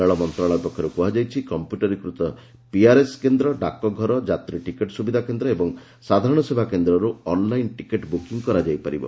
ରେଳ ମନ୍ତ୍ରଣାଳୟ ପକ୍ଷରୁ କୁହାଯାଇଛି କମ୍ପ୍ୟୁଟରୀକୃତ ପିଆର୍ଏସ୍ କେନ୍ଦ୍ର ଡାକଘର ଯାତ୍ରୀ ଟିକେଟ୍ ସୁବିଧା କେନ୍ଦ୍ର ଏବଂ ସାଧାରଣ ସେବା କେନ୍ଦ୍ରରୁ ଅନ୍ଲାଇନ୍ ଟିକେଟ୍ ବୁକିଂ କରାଯାଇପାରିବ